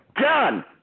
done